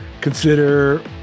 Consider